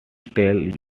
tell